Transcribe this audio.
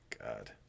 God